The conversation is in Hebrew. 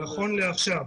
נכון לעכשיו,